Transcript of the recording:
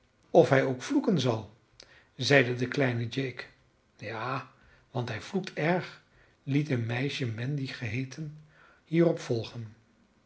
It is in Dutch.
of hij ook vloeken zal zeide de kleine jake ja want hij vloekt erg liet een meisje mandy geheeten hierop volgen